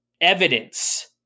evidence